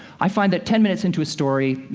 i find that ten minutes into a story, you